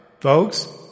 Folks